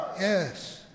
yes